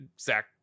zach